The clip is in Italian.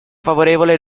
favorevole